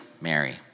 Mary